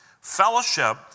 Fellowship